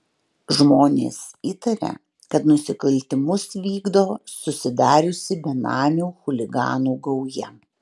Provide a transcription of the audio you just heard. žmonės įtaria kad nusikaltimus vykdo susidariusi benamių chuliganų gauja